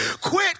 Quit